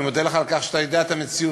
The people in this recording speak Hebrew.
אני מודה לך על כך שאתה יודע את המציאות.